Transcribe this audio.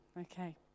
Okay